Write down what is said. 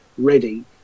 ready